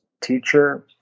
teacher